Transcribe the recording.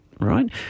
right